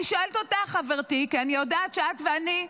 אני שואלת אותך, חברתי, כי אני יודעת שאת ואני,